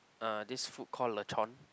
uh this food call lechon